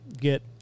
get